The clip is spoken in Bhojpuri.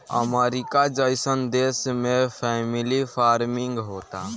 अमरीका जइसन देश में फैमिली फार्मिंग होता